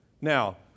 Now